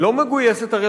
היא הרי לא מגויסת לצבא.